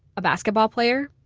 a basketball player?